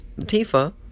Tifa